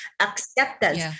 acceptance